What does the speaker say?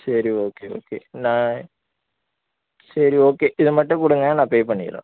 சரி okay okay நான் சரி ஓகே இதை மட்டும் கொடுங்க நான் பே பண்ணிடறேன்